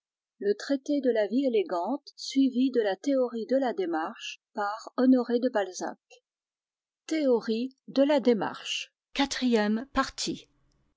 rrai traité de la vie élégante suivi de la théorie de la démarche traité de la vie élégante suivi de la théorie de la démarche